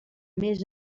més